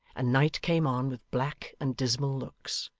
and night came on with black and dismal looks.